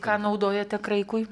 ką naudojate kraikui